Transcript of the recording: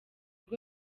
rwo